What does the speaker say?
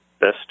best